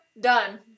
done